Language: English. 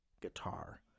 guitar